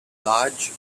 large